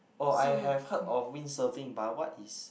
oh I have heard of windsurfing but what is